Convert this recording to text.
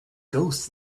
ghost